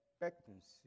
expectancy